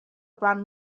brand